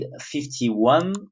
51